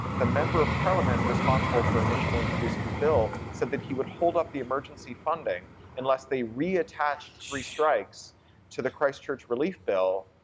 the member of parliament responsible for initially introducing the bill said that he would hold up the emergency funding unless they reattached three strikes to the christchurch relief bill,